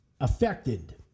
affected